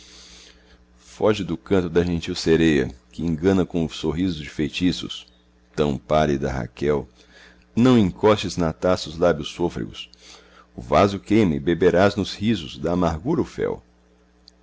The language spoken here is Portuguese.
foge do canto da gentil sereia que engana com sorriso de feitiços tão pálida rachel não encostes na taça os lábios sôfregos o vaso queima e beberás nos risos da amargura o fel